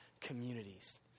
communities